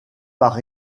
par